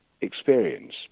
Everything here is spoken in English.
experience